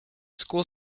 school